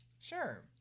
Sure